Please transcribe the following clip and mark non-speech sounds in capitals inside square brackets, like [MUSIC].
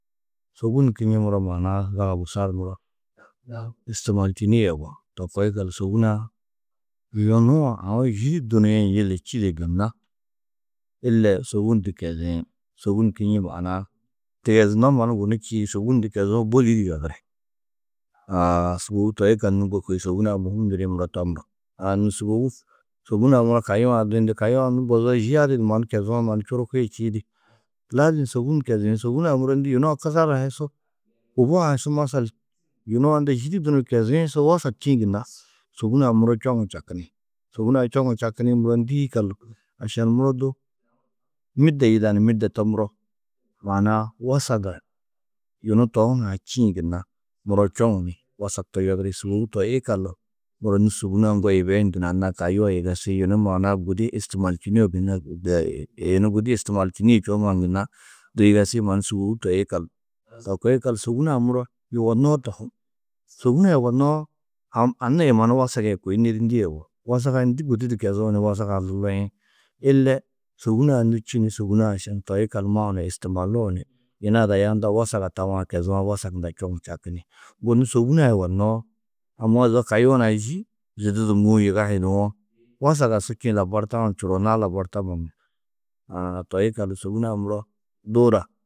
Sôbun [UNINTELLIGIBLE] maana-ã zaga bosar du muro [NOISE] istimaatinîe yugó. To koo yikallu sôbun-ã yunu a aũ yî du duniĩ yili čîde gunna ille sôbun du keziĩ. Sôbun kinni maana-ã tigezunno mannu gunu čîidi, sôbun du kezuũ bôli di yodiri. Aã sûbou toi yikallu nû mbo kôi sôbun-ã mûhim ndirĩ muro to muro. Aã nû [UNINTELLIGIBLE] sôbun-ã muro kayuã duyundu, kayuã nû mbozoo yî adi di mannu kezuwo, mannu čuruki čîidi. Lazim sôbun keziĩ. Sôbun-ã muro ndû yunu a kusar a hi su kubu a hi su masal yunu a unda yî di dunuũ keziĩ su wasag čîĩ gunna sôbun-ã muro čoŋu čakini. Sôbun-ã čoŋu čakinĩ muro ndîi yikallu? Ašan muro du midde yida ni, midde to muro maana-ã wosaga yunu to hunã čîĩ gunna muro čoŋu ni wasag to yodiri. Sûbou toi yikallu muro nû ŋgo yibeyundu ni anna-ã kayuã yigesĩ, yunu maana-ã gudi istiimalčinîe gunno [NOISE] yunu gudi istiimaltinîe čûwo mannu gunna du yigesĩ mannu sûbou toi yikallu. To kuĩ yikallu sôbun-ã muro yugonnoó tohú. Sôbun-ã yugonnoó [HESITATION] anna-ã yê mannu wasag-ã yê kôi nedindîe yugó. Wasag-ã ndû gudi di kezuũ ni wasag-ã du luĩ? Ille sôbun-ã nû čî ni sôbun-ã ašan toi yikallu maũ ni istimaluũ ni yina ada aya unda wasaga tawã kezuwo, wasag hundɑ͂ čoŋu čakini. Wônnu sôbun-ã yugonnoó amma zo kayuã nuã yî zidu du mûũ yiga hiduwo, wasag-ã su čîĩ labar tawo ni čuruunãá labar tammo nuũ? Aã toi yikallu sôbun-ã muro dôora.